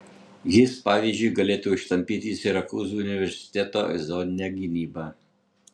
jis pavyzdžiui galėtų ištampyti sirakūzų universiteto zoninę gynybą